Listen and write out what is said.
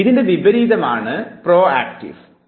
ഇതിൻറെ നേരെ വിപരീതമാണ് പ്രോക്റ്റീവ് ഇടപെടൽ